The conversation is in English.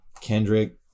kendrick